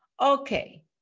okay